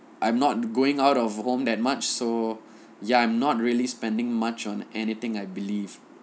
I'm not going out of home that much so ya I'm not really spending much on anything I believe